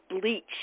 bleach